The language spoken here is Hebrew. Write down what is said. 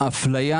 אפליה